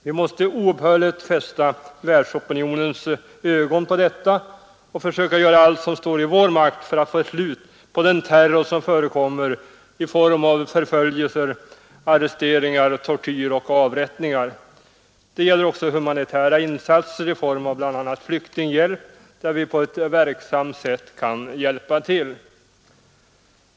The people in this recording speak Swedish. Vi måste oupphörligen fästa världsopinionens uppmärksamhet på det och försöka göra allt som står i vår makt för att få slut på den terror som förekommer i form av förföljelser, arresteringar, tortyr och avrättningar. Det gäller här också att göra humanitära insatser i form av bl.a. flyktinghjälp, där vi verksamt kan hjälpa till.